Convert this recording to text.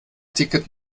ticket